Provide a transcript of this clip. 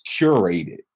curated